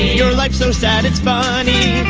your life so sad, it's funny